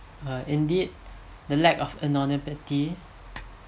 uh indeed the lack of anonymity